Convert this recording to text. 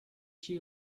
she